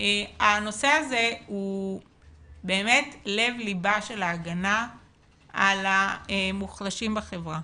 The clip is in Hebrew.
הנושא הזה הוא באמת לב ליבה של ההגנה על המוחלשים בחברה.